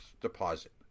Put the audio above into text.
deposit